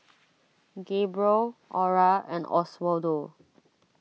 Gabriel Ora and Oswaldo